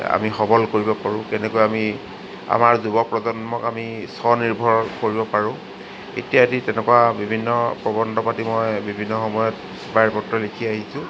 আমি সৱল কৰিব পাৰোঁ কেনেকৈ আমি আমাৰ যুৱ প্ৰজন্মক আমি স্বনিৰ্ভৰ কৰিব পাৰোঁ ইত্যাদি তেনেকুৱা বিভিন্ন প্ৰবন্ধ পাতি মই বিভিন্ন সময়ত পেপাৰে পত্ৰই লিখি আহিছোঁ